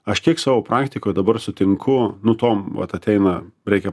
aš kiek savo praktikoj dabar sutinku nu tom vat ateina reikia